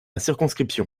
circonscription